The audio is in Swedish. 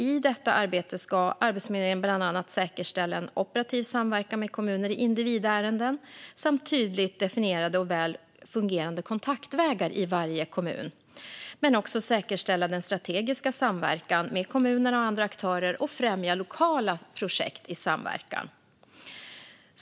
I detta arbete ska Arbetsförmedlingen bland annat säkerställa en operativ samverkan med kommuner i individärenden samt tydligt definierade och väl fungerande kontaktvägar i varje kommun, men också säkerställa strategisk samverkan med kommunerna och andra aktörer och främja lokala projekt i samverkan.